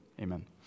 Amen